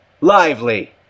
Lively